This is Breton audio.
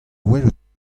welet